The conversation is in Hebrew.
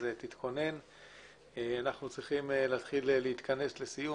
אנחנו צריכים להתחיל להתכנס לסיום.